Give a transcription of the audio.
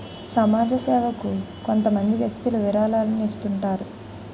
సమాజ సేవకు కొంతమంది వ్యక్తులు విరాళాలను ఇస్తుంటారు